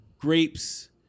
grapes